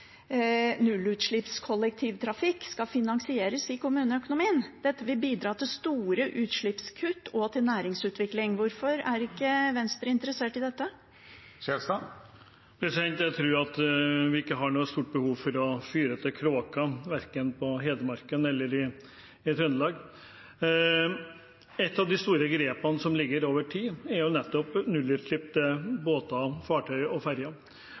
kollektivtrafikk skal finansieres i kommuneøkonomien. Dette vil bidra til store utslippskutt og til næringsutvikling. Hvorfor er ikke Venstre interessert i dette? Jeg tror ikke vi har noe stort behov for å fyre for kråka verken på Hedmarken eller i Trøndelag. Et av de store grepene som gjelder over tid, er nettopp å få nullutslippsbåter, -fartøy og